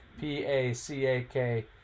P-A-C-A-K